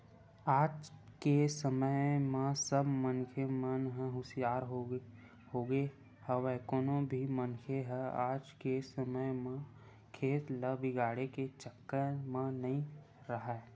आज के समे म सब मनखे मन ह हुसियार होगे हवय कोनो भी मनखे ह आज के समे म खेत ल बिगाड़े के चक्कर म नइ राहय